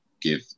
give